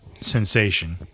sensation